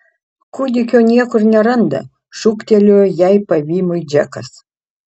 kūdikio niekur neranda šūktelėjo jai pavymui džekas